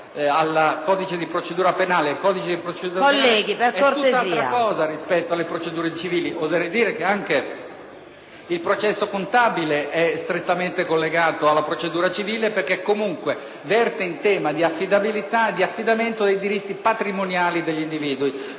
dal senatore Legnini, che è tutt'altra cosa rispetto alle procedure civili. Oserei dire che anche il processo contabile è strettamente collegato alla procedura civile, perché verte sull'affidabilità e sull'affidamento dei diritti patrimoniali degli individui.